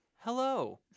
hello